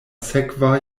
sekva